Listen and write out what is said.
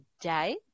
day